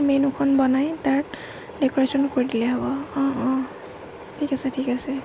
মেনুখন বনাই তাত ডেক'ৰেশ্যন কৰি দিলে হ'ব অঁ অঁ ঠিক আছে ঠিক আছে